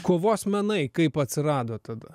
kovos menai kaip atsirado tada